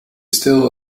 still